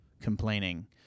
complaining